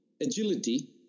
Agility